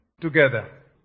together